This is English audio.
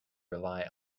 rely